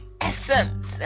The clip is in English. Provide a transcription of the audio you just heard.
essence